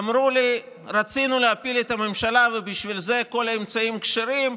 אמרו לי: רצינו להפיל את הממשלה ובשביל זה כל האמצעים כשרים,